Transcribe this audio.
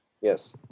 yes